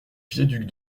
viaduc